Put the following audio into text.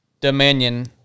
dominion